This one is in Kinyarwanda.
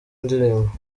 ndirimbo